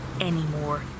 anymore